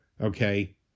Okay